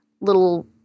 little